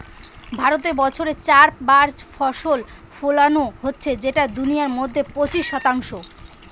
ভারতে বছরে চার বার ফসল ফোলানো হচ্ছে যেটা দুনিয়ার মধ্যে পঁচিশ শতাংশ